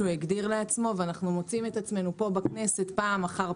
להביא בתקנות האלה עליהן אנחנו מדברים ולהכניס את 400 המכסות האלה,